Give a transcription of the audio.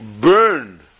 burn